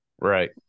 Right